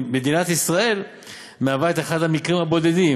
מדינת ישראל מהווה את אחד המקרים הבודדים,